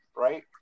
right